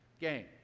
game